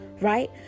Right